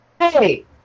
hey